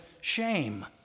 shame